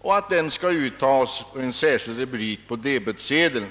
och denna avgift skall uttas under en särskild rubrik på debetsedeln.